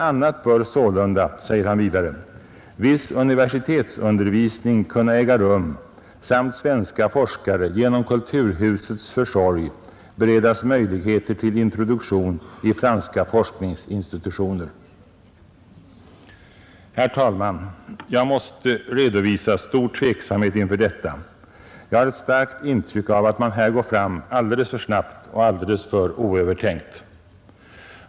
a. bör sålunda — säger han vidare — viss universitetsundervisning kunna äga rum samt svenska forskare genom kulturhusets försorg beredas möjligheter till introduktion i franska forskningsinstitutioner. Herr talman! Jag måste redovisa stor tveksamhet inför detta. Jag har ett starkt intryck av att man här går fram alldeles för snabbt och alldeles för oövertänkt.